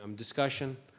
um discussion?